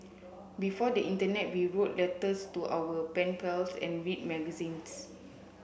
before the internet we wrote letters to our pen pals and read magazines